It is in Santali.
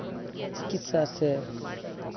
ᱪᱤᱠᱤᱛᱥᱟ ᱥᱮ